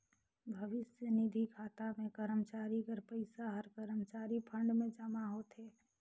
भविस्य निधि खाता में करमचारी कर पइसा हर करमचारी फंड में जमा होथे